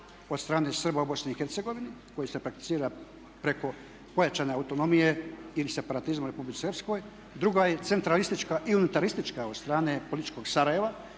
od strane Srba u Bosni i Hercegovini koji se prakticira preko pojačane autonomije ili separatizma u Republici Srpskoj. Druga je centralistička i unutaristička od strane političkog Sarajeva